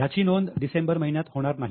याची नोंद डिसेंबर महिन्यात होणार नाही